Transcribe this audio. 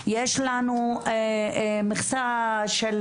יש לנו מכסה של